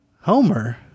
Homer